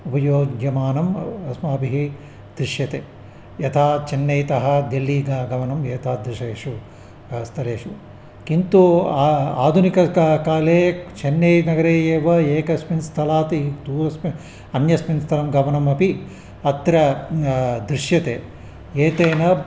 उपयोज्यमानम् अस्माभिः दृश्यते यदा चन्नैतः देहली गमनम् एतादृशेषु स्थलेषु किन्तु आधुनिककाले चन्नैनगरे एव एकस्मिन् स्थलात् दूरस्मिन् अन्यस्मिन् स्थलं गमनमपि अत्र दृश्यते एतेन